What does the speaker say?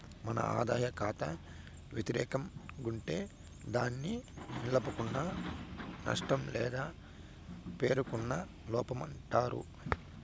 మన ఆదాయ కాతా వెతిరేకం గుంటే దాన్ని నిలుపుకున్న నష్టం లేదా పేరుకున్న లోపమంటారు